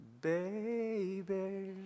Baby